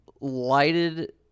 lighted